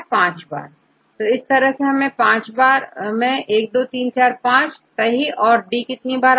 छात्र 5 5 1 2 3 4 5 सही औरD कितने बार